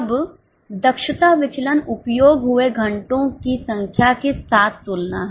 अब दक्षता विचलन उपयोग हुए घंटों की संख्या के साथ तुलना है